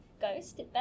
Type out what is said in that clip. ghost